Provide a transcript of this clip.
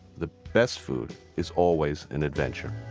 the best food is always an adventure